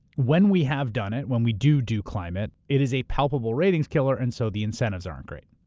when we have done it, when we do do climate, it is a palpable ratings killer, and so the incentives aren't great.